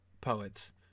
poets